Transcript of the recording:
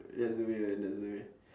that's the way man that's the way